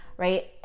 right